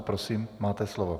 Prosím, máte slovo.